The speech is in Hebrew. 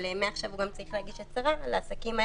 אבל מעכשיו הוא גם צריך להגיש הצהרה.